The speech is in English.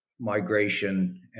migration